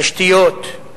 תשתיות,